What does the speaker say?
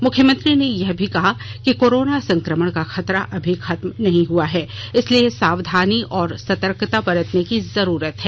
मुख्यमंत्री ने यह भी कहा कि कोरोना संक्रमण का खतरा अभी खत्म नहीं हुआ है इसलिए सावधानी और सतर्कता बरतने की जरूरत है